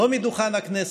לא מדוכן הכנסת,